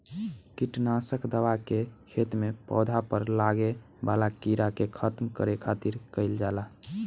किट नासक दवा के खेत में पौधा पर लागे वाला कीड़ा के खत्म करे खातिर कईल जाला